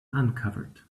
uncovered